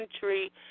country